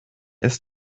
ist